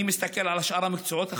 אני מסתכל על שאר המקצועות החשובים: